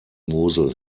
mosel